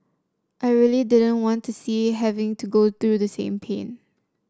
I really didn't want to see having to go through the same pain